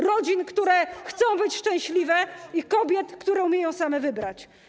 Rodzin, które chcą być szczęśliwe, i kobiet, które umieją same wybrać.